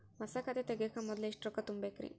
ಹೊಸಾ ಖಾತೆ ತಗ್ಯಾಕ ಮೊದ್ಲ ಎಷ್ಟ ರೊಕ್ಕಾ ತುಂಬೇಕ್ರಿ?